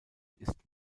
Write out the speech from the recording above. ist